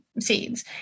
seeds